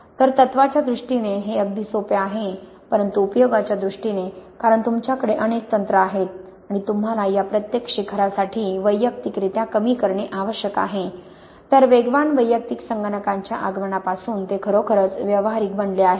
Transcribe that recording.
तर तत्त्वाच्या दृष्टीने हे अगदी सोपे आहे परंतु उपयोगाच्या दृष्टीने कारण तुमच्याकडे अनेक तंत्रे आहेत आणि तुम्हाला या प्रत्येक शिखरासाठी वैयक्तिकरित्या कमी करणे आवश्यक आहे तर वेगवान वैयक्तिक संगणकांच्या आगमनापासून ते खरोखरच व्यावहारिक बनले आहे